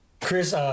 Chris